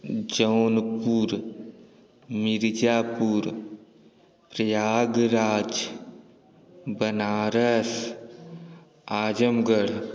Jaunpur Mirzapur Prayagraj Banaras Azamgarh